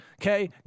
okay